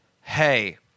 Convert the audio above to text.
hey